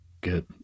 Good